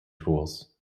tools